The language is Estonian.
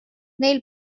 neil